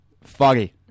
Foggy